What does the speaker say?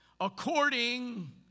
according